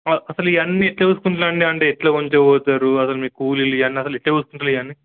అసలు ఇవన్ని ఎలా చూసుకుంటారు అండి అంటే ఎలా తీసుకపోతారు అసలు మీకు కూలీలు ఇవి అసలు ఎలా చూసుకుంటారు ఇవి అన్ని